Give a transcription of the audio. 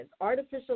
artificial